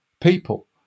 people